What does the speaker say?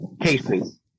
cases